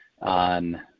on